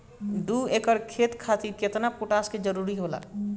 दु एकड़ खेती खातिर केतना पोटाश के जरूरी होला?